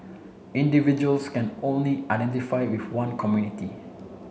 individuals can only identify with one community